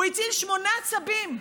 הוא הציל שמונה צבים.